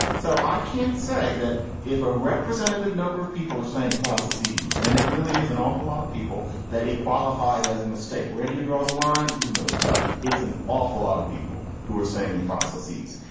so i can't say that if a representative number of people are saying processes and it really is an awful lot of people that it qualifies as a mistake. where do you draw the line? who knows? but it's an awful lot of people who are saying processes.